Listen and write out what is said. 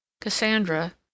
Cassandra